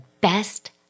best